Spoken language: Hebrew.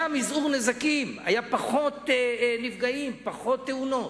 היה מזעור נזקים, היו פחות נפגעים, פחות תאונות.